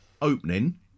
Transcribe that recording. opening